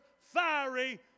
fiery